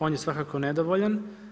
On je svakako nedovoljan.